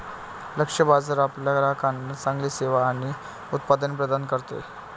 लक्ष्य बाजार आपल्या ग्राहकांना चांगली सेवा आणि उत्पादने प्रदान करते